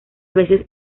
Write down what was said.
veces